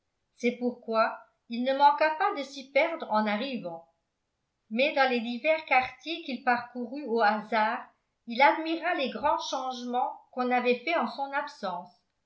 c'est pourquoi il ne manqua pas de s'y perdre en arrivant mais dans les divers quartiers qu'il parcourut au hasard il admira les grands changements qu'on avait faits en son absence